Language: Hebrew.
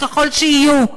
ככל שיהיו,